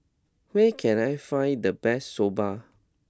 where can I find the best Soba